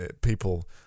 people